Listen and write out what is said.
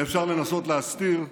אפשר לנסות להסתיר,